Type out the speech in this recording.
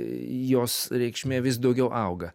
jos reikšmė vis daugiau auga